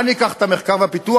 אני אקח את המחקר והפיתוח.